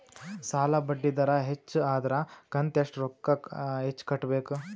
ಸಾಲಾ ಬಡ್ಡಿ ದರ ಹೆಚ್ಚ ಆದ್ರ ಕಂತ ಎಷ್ಟ ರೊಕ್ಕ ಹೆಚ್ಚ ಕಟ್ಟಬೇಕು?